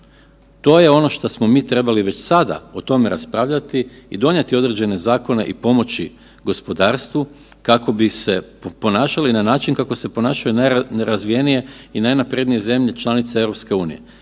To je ono što smo mi trebali već sada o tome raspravljati i donijeti određene zakone i pomoći gospodarstvu kako bi se ponašali na način kako se ponašaju najrazvijenije i najnaprednije članice EU.